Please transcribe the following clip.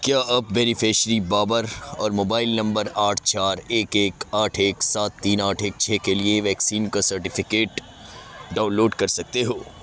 کیا آپ بینیفیشری بابر اور موبائل نمبر آٹھ چار ایک ایک آٹھ ایک سات تین آٹھ ایک چھ کے لیے ویکسین کا سرٹیفکیٹ ڈاؤن لوڈ کر سکتے ہو